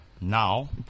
now